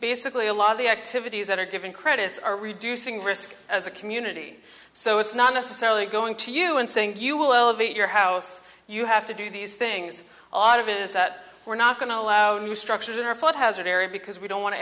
basically a lot of the activities that are giving credits are reducing risk as a community so it's not necessarily going to you and saying you will elevate your house you have to do these things ought of innes at we're not going to allow new structures in our flood hazard area because we don't want to